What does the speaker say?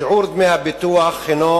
שיעור דמי הביטוח הוא